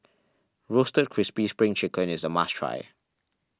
Roasted Crispy Spring Chicken is a must try